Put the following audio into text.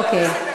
אוקיי.